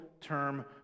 term